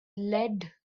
lead